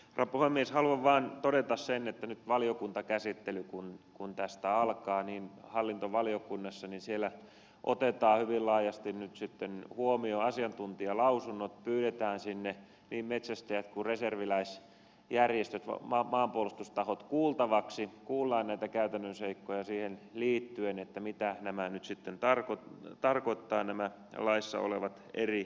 haluan vain todeta sen että nyt kun valiokuntakäsittely tästä alkaa hallintovaliokunnassa niin on tärkeää että siellä otetaan hyvin laajasti nyt sitten huomioon asiantuntijalausunnot pyydetään sinne niin metsästäjät kuin reserviläisjärjestöt maanpuolustustahot kuultaviksi kuullaan näitä käytännön seikkoja siihen liittyen mitä tämä nyt sitten tar koi tarkoittaa nämä laissa olevat eri kohdat nyt sitten tarkoittavat